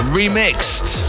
remixed